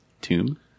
tomb